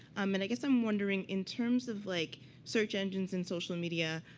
um and i guess i'm wondering, in terms of like search engines and social media,